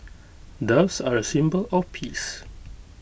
doves are A symbol of peace